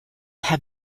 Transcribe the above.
have